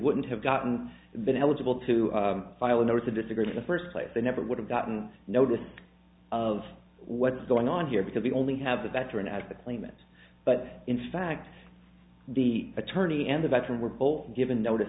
wouldn't have gotten been eligible to file a notice to disagree with the first place they never would have gotten notice of what's going on here because we only have the veteran as the claimants but in fact the attorney and a veteran were both given notice